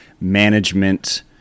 management